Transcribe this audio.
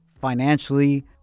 Financially